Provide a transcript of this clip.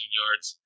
yards